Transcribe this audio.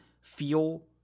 feel